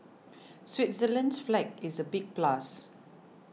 Switzerland's flag is a big plus